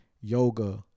Yoga